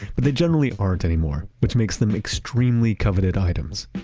but they generally aren't anymore, which makes them extremely coveted items